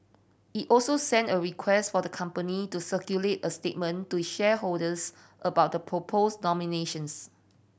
it also sent a request for the company to circulate a statement to shareholders about the proposed nominations